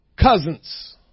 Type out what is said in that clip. cousins